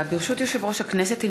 ברשות יושב-ראש הכנסת,